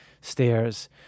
stairs